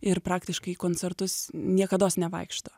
ir praktiškai į koncertus niekados nevaikšto